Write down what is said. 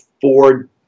Ford